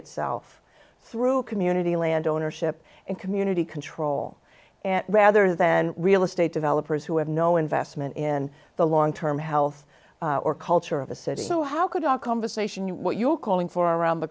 itself through community land ownership and community control rather than real estate developers who have no investment in the long term health or culture of the city so how could our conversation what you're calling for around the